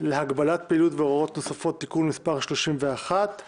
להגבלת פעילות והוראות נוספות (תיקון מס' 31);